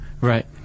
Right